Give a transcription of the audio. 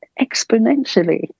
exponentially